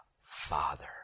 Father